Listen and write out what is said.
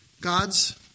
god's